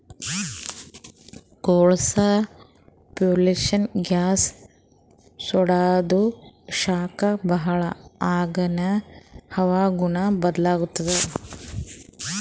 ಕೊಳಸಾ fuels gas ಸುಡಾದು ಶಾಖ ಭಾಳ್ ಆಗಾನ ಹವಾಗುಣ ಬದಲಾತ್ತದ